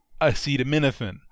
acetaminophen